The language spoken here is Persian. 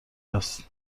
هست